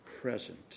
present